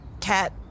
Cat-